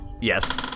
yes